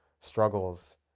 struggles